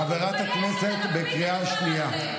חברת הכנסת, את בקריאה שנייה.